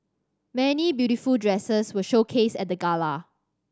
many beautiful dresses were showcased at the gala